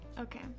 Okay